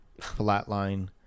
flatline